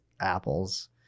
apples